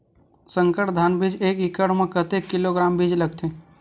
संकर धान बीज एक एकड़ म कतेक किलोग्राम बीज लगथे?